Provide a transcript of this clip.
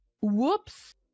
whoops